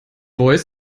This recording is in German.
voice